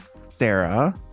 sarah